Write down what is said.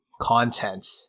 content